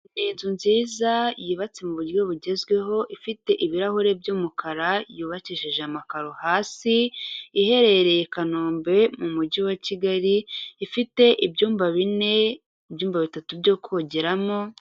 Ni inzu nziza yubatse mu buryo bugezweho ifite ibirahuri by'umukara yubakishije amakaro hasi iherereye i Kanombe mu mujyi wa Kigali ifite ibyumba bine ibyumba bitatu byo kongeramo.